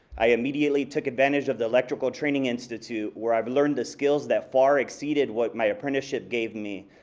i immediately took advantage of the electrical training institute, where i've learned the skills that far exceeded what my apprenticeship gave me.